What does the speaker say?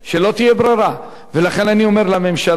אני אומר לממשלה: חייבים לחשוב על איזה פתרון.